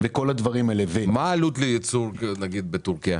מה העלות לייצור בטורקיה?